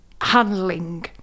handling